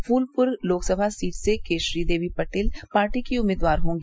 Phulpur Lok Sabha seat से Keshari Devi Patel party की उम्मीदवार होगी